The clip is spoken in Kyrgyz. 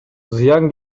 зыян